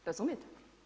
Razumijete?